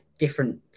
different